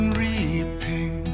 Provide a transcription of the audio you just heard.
reaping